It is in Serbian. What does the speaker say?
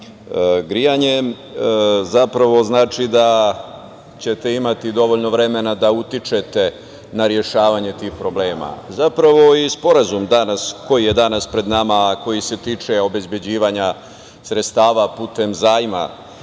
grejanjem, znači da ćete imati dovoljno vremena da utičete na rešavanje tih problema. Ovaj sporazum koji je danas pred nama, a koji se tiče obezbeđivanja sredstava putem zajma